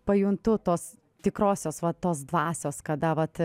pajuntu tos tikrosios va tos dvasios kada vat